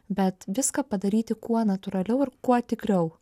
bet viską padaryti kuo natūraliau ir kuo tikriau